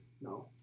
No